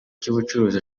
cy’ubucuruzi